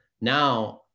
now